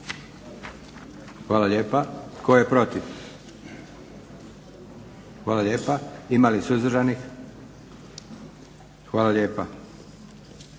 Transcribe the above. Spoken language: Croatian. Hvala lijepa. Tko je protiv? Hvala lijepa. Ima li suzdržanih? Hvala lijepa.